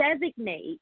designate